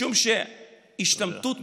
משום שהשתמטות מצה"ל,